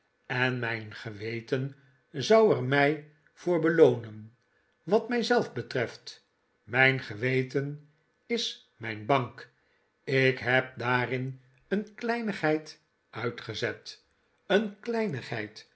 en mijn geweten zou er mij voor beloonen wat mij zelf betreft mijn geweten is mijn bank ik heb daarin een kleinigheid uitgezet een kleinigheid